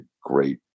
great